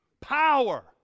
Power